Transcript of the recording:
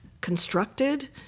constructed